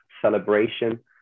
celebration